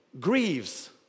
grieves